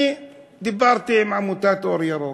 אני דיברתי עם עמותת "אור ירוק",